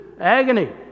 agony